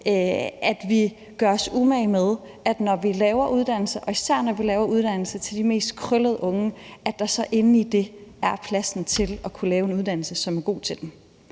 at vi gør os umage med, at der, når vi laver uddannelser, og især når vi laver uddannelser til de mest krøllede unge, så inde i det er pladsen til at kunne lave en uddannelse, som er god til dem.